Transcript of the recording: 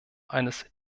eines